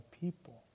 people